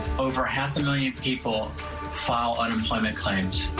over half a million people file unemployment claims.